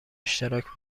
اشتراک